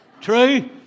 true